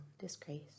disgrace